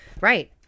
Right